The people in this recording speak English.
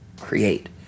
create